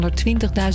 120.000